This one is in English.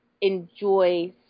enjoy